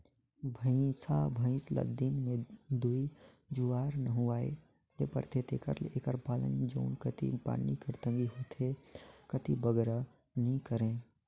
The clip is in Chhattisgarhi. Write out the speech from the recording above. भंइसा भंइस ल दिन में दूई जुवार नहुवाए ले परथे तेकर ले एकर पालन जउन कती पानी कर तंगी होथे ते कती बगरा नी करें